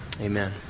Amen